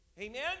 Amen